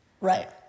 right